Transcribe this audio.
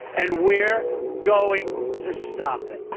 and we're going to stop it.